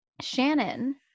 Shannon